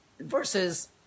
versus